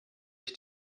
ich